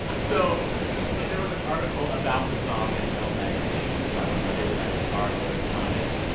ah so so there was an article about the song in elle magazine by one of my favorite writers, r. eric thomas.